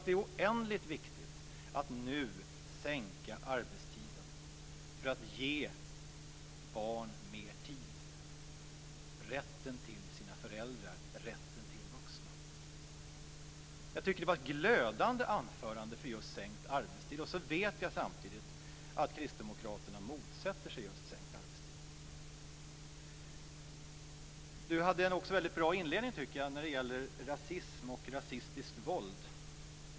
Det är oändligt viktigt att nu sänka arbetstiden för att ge barn mer tid - rätten till sina föräldrar, rätten till vuxna. Jag tycker att det var ett glödande anförande för just sänkt arbetstid. Samtidigt vet jag att Kristdemokraterna motsätter sig just sänkt arbetstid. Alf Svensson hade också en väldigt bra inledning som gällde rasism och rasistiskt våld.